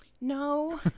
No